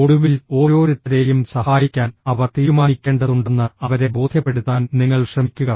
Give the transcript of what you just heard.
ഒടുവിൽ ഓരോരുത്തരെയും സഹായിക്കാൻ അവർ തീരുമാനിക്കേണ്ടതുണ്ടെന്ന് അവരെ ബോധ്യപ്പെടുത്താൻ നിങ്ങൾ ശ്രമിക്കുക